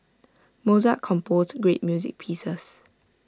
Mozart composed great music pieces